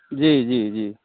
जी जी जी